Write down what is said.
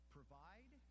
Provide